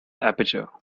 aperture